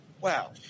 Wow